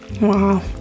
Wow